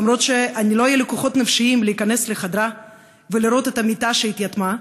לא היו לי כוחות נפשיים להיכנס לחדרה ולראות את המיטה שהתייתמה.